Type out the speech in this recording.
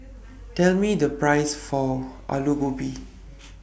Tell Me The Price For Alu Gobi